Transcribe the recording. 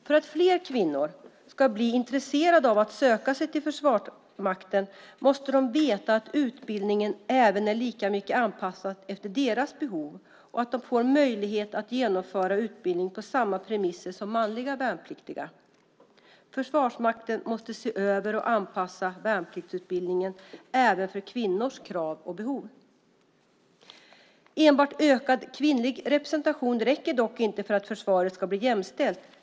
För att fler kvinnor ska bli intresserade av att söka sig till Försvarsmakten måste de veta att utbildningen är lika mycket anpassad efter deras behov och att de får möjlighet att genomföra utbildningen på samma premisser som manliga värnpliktiga. Försvarsmakten måste se över och anpassa värnpliktsutbildningen även för kvinnors krav och behov. Enbart en ökad kvinnlig representation räcker dock inte för att försvaret ska bli jämställt.